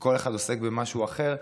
וכל אחד עוסק במשהו אחר,